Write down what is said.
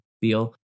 feel